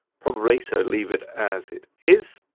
probably, so leave it as it is.